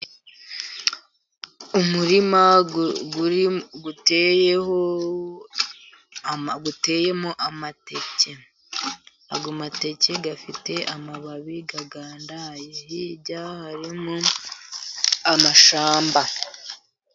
Umurima uteyemo amateke. Ayo mateke afite amababi agandaye. Hirya harimo amashyamba.